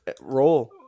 Roll